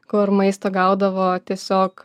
kur maisto gaudavo tiesiog